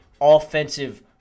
offensive